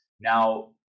Now